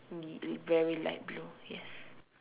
indeed very light blue yes